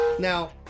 Now